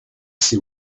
see